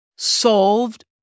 solved